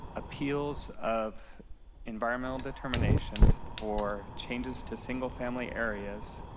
appeals of environmental determinations for changes to single-family areas,